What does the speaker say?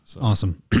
Awesome